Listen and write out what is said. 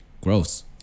gross